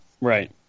right